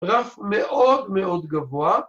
‫רף מאוד מאוד גבוה.